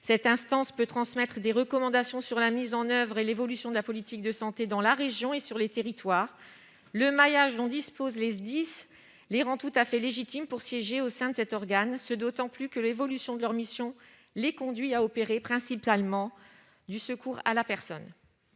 Cette instance peut transmettre des recommandations sur la mise en oeuvre et l'évolution de la politique de santé dans la région et sur les territoires. Le maillage dont disposent les SDIS les rend tout à fait légitimes pour siéger au sein de cet organisme, et ce d'autant plus que l'évolution de leurs missions les conduit à pratiquer principalement du secours à la personne.